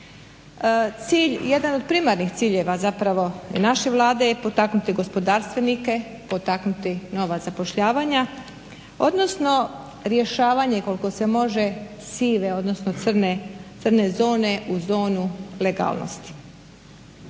jedan od primarnih ciljeva zapravo naše Vlade je potaknuti gospodarstvenike, potaknuti nova zapošljavanja, odnosno rješavanje koliko se može sive, odnosno crne zone u zonu legalnosti.